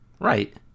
Right